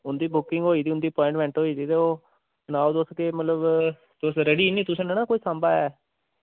उं'दी बुकिंग होई दी ते उं'दी अपॉइन्टमेंट होई दी ते ओह् सनाओ तुस केह् मतलब तुस रेडी न तुसें नेईं ना कोई कम्म ऐ